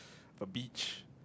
a beach